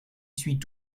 suis